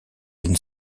une